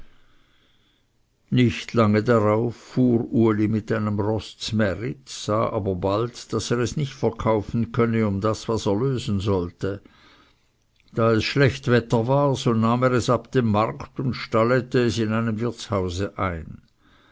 nicht lange darauf fuhr uli mit einem roß zmärit sah aber bald daß er es nicht verkaufen könne um das was er lösen sollte da es schlecht wetter war so nahm er es ab dem markt und stallete es in einem wirtshause ein